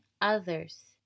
others